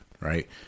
right